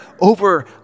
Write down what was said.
over